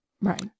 Right